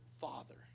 father